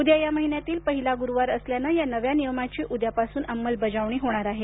उद्या या महिन्यातील पहिला गुरुवार असल्यानं या नव्या नियमाची उदयापासून अंमलबजावणी होणार आहे